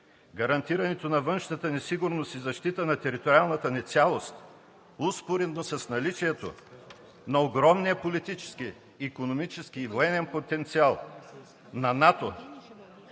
гарантирането на външната ни сигурност и защита на териториалната ни цялост. Успоредно с наличието на огромния политически, икономически и военен потенциал на НАТО